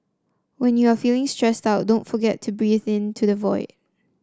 when you are feeling stressed out don't forget to breathe into the void